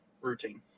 routine